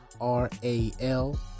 R-A-L